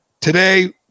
today